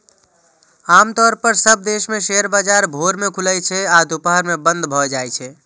आम तौर पर सब देश मे शेयर बाजार भोर मे खुलै छै आ दुपहर मे बंद भए जाइ छै